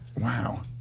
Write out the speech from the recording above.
Wow